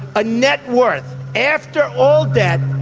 a net worth. after all debt,